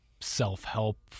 self-help